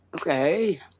okay